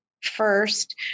first